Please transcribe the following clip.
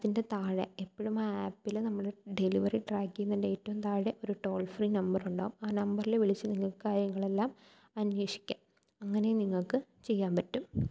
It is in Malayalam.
അതിൻ്റെ താഴെ എപ്പോഴും ആ ആപ്പിൽ നമ്മൾ ഒരു ട്രാക്കിങ്ങിൻ്റെ ഏറ്റവും താഴെ ഒരു ടോൾ ഫ്രീ നമ്പറും ഉണ്ടാകും ആ നമ്പറിൽ വിളിച്ച് നിങ്ങൾക്ക് കാര്യങ്ങളെല്ലാം അന്വേഷിക്കാം അങ്ങനെ നിങ്ങൾക്ക് ചെയ്യാൻ പറ്റും